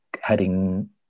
heading